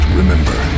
remember